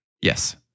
Yes